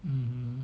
mmhmm